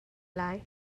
lai